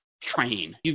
train